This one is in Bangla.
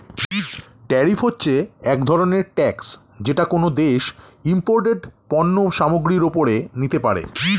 ট্যারিফ হচ্ছে এক ধরনের ট্যাক্স যেটা কোনো দেশ ইমপোর্টেড পণ্য সামগ্রীর ওপরে নিতে পারে